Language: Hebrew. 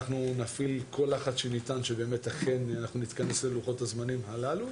אנחנו נפעיל כל לחץ שניתן שבאמת אכן אנחנו נתכנס ללוחות הזמנים הללו,